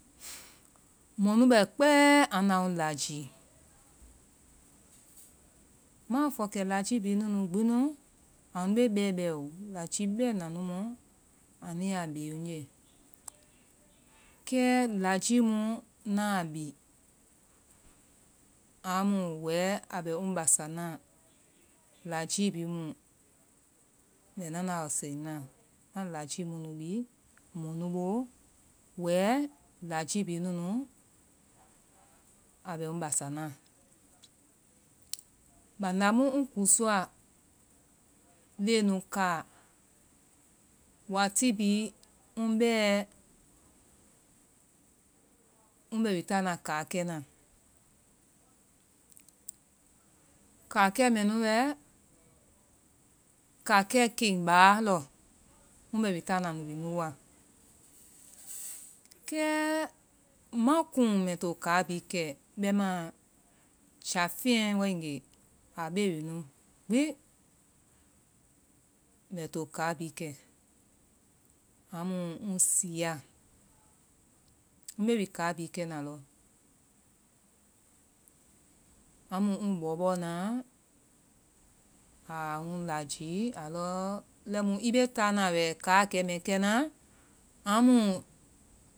Mɔnu bɛ kpɛɛ a nu yɛ ŋ lajii, ŋma a fɔ kɛ lajii bhii nu nu gbi nu anu bɛɛbɛɛ oo, lajii bɛna mu nu an ya bee ŋye, kɛɛ lajii mu ŋ a bi amu wɛɛ a bɛ ŋ basa naa, lajii bhii mu mbɛ nana a seŋnaa, ŋna lajii mu nu bi mɔ nu boo, wɛɛ lajii bhii nu nu a bɛ ŋ basa naa. Banda mu ŋ kúusɔa leŋɛ nu kaa, waati bhii ŋbɛɛ ŋbɛ wi taana kaakɛna, kaakɛ mɛnu wɛɛ kaakɛ keŋ bȧa lɔ, ŋ bɛ wi taana wi nu wa, kɛɛ ŋma kuŋ ŋma kuŋ mbɛ to kaa bhii kɛ, bɛmaa jafeŋɛ waegee a bee wi nu gbi mbɛ to kaa bhii kɛ, amu ŋ siia mbe wi kaa bee kɛna lɔ, amu ŋ bɔ bɔɔ na a ŋ lajii a lɔɔ lɛimu i bee táana wɛ kaa kɛmɛɛ kenaa amuu.